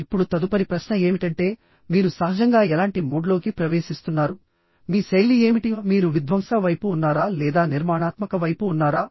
ఇప్పుడు తదుపరి ప్రశ్న ఏమిటంటే మీరు సహజంగా ఎలాంటి మోడ్లోకి ప్రవేశిస్తున్నారు మీ శైలి ఏమిటిః మీరు విధ్వంసక వైపు ఉన్నారా లేదా నిర్మాణాత్మక వైపు ఉన్నారా